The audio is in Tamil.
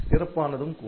சிறப்பானதும் கூட